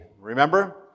Remember